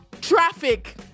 traffic